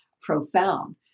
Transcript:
profound